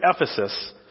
Ephesus